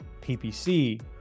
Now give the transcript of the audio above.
PPC